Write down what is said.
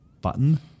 button